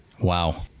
Wow